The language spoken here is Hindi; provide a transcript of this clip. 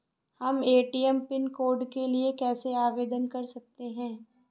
हम ए.टी.एम पिन कोड के लिए कैसे आवेदन कर सकते हैं?